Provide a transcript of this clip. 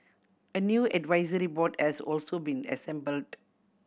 a new advisory board has also been assembled